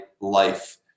life